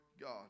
God